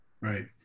Right